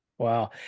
Wow